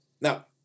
Now